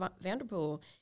Vanderpool